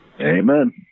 Amen